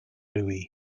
louis